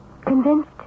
Convinced